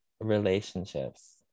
relationships